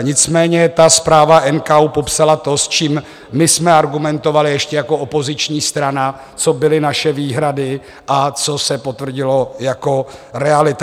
Nicméně ta zpráva NKÚ popsala to, čím my jsme argumentovali ještě jako opoziční strana, co byly naše výhrady a co se potvrdilo jako realita.